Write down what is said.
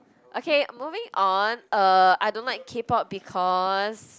okay moving on uh I don't like K-pop because